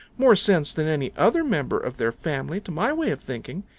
more sense than any other member of their family to my way of thinking.